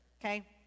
okay